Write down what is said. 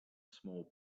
small